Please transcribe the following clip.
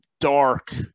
dark